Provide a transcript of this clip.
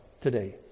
today